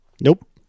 Nope